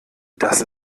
dass